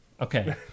Okay